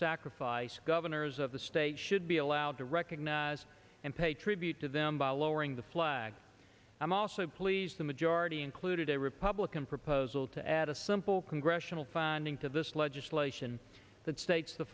sacrifice governors of the states should be allowed to recognize and pay tribute to them by lowering the flag i'm also pleased the majority included a republican proposal to add a simple congressional funding to this legislation that states the